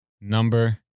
number